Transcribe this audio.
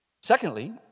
Secondly